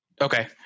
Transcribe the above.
Okay